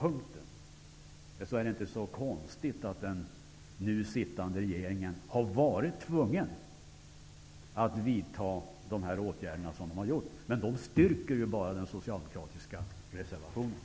Därför är det inte så konstigt att den nu sittande regeringen har varit tvungen att vidta de åtgärder som den har gjort, vilket bara har styrkt den socialdemokratiska reservationen.